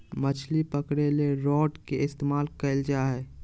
मछली पकरे ले रॉड के इस्तमाल कइल जा हइ